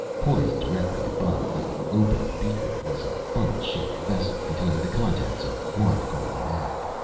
poised directly above the opened beaker was a funnel-shaped vessel containing the contents of one golden egg.